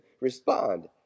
respond